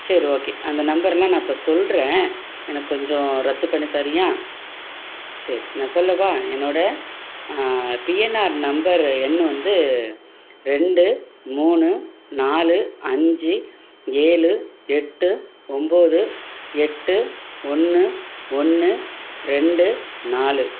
சரி ஓகே அந்த நம்பரெல்லாம் நான் இப்போ சொல்கிறேன் எனக்கு கொஞ்சம் ரத்து பண்ணித்தரியா சரி நான் சொல்லவா என்னோடய பிஎன்ஆர் நம்பர் எண் வந்து ரெண்டு மூணு நாலு அஞ்சு ஏழு எட்டு ஒன்பது எட்டு ஒன்று ஒன்று ரெண்டு நாலு